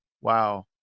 Wow